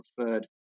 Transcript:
preferred